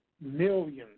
millions